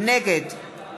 נגד